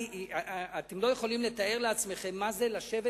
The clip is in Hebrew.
אתם לא יכולים לתאר לעצמכם מה זה לשבת